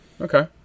okay